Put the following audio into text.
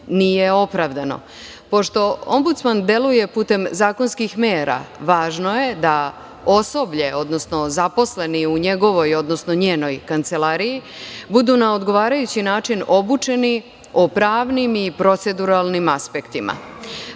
nije opravdano. Pošto Ombudsman deluje putem zakonskih mera, važno je da osoblje, odnosno zaposleni u njegovoj, odnosno njenoj kancelariji budu na odgovarajući način obučeni o pravnim i proceduralnim aspektima.